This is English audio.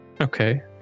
Okay